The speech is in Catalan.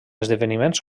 esdeveniments